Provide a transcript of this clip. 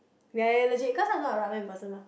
ya ya legit cause I'm not a ramen person ah